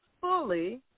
fully